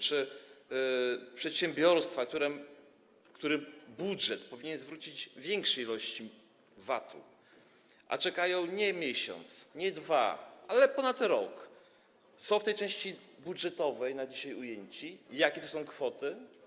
Czy przedsiębiorstwa, którym budżet powinien zwrócić większe ilości VAT-u, a które czekają nie miesiąc, nie dwa, ale ponad rok, są w tej części budżetowej na dzisiaj ujęte i jakie to są kwoty?